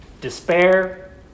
despair